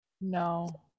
No